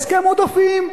הסכם עודפים.